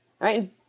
right